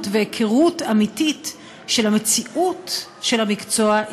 והיכרות אמיתית של המציאות של המקצוע,